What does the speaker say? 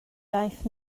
iaith